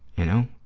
you know,